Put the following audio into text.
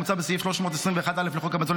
מוצע בסעיף 321א לחוק המזון,